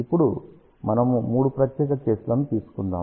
ఇప్పుడు మనము మూడు ప్రత్యేక కేసులను తీసుకుందాము